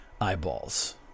eyeballs